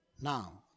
Now